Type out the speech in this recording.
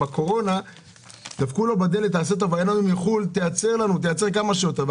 בקורונה דפקו לו בדלת וביקשו ממנו לייצר כמה שיותר כי לא היה מחו"ל.